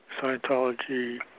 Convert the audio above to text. Scientology